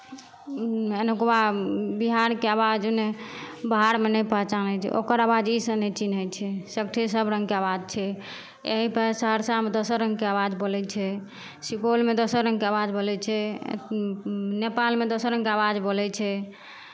एन्हुकवा बिहारके आवाज ओन्नऽ बाहरमे नहि पहचानै छै ओकर आवजे ईसँ नहि चिन्है छै सभठे सभरङ्गके आवाज छै एहिपर सहरसामे दोसर रङ्गके आवाज बोलै छै सुपौलमे दोसर रङ्गके आवाज बोलै छै नेपालमे दोसर रङ्गके बोलै छै